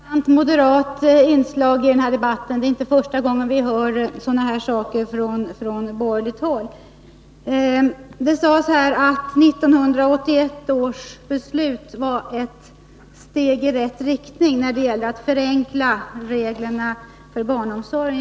Herr talman! Det här var ju ett sant moderat inslag i debatten. Det är inte första gången vi hör sådana här saker från borgerligt håll. Det sades att 1981 års beslut var ett steg i rätt riktning när det gäller att förenkla reglerna för barnomsorgen.